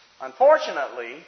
unfortunately